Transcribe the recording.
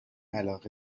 علاقه